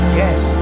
yes